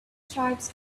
tribes